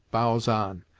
bows on,